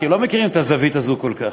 כי הם לא מכירים את הזווית הזו כל כך.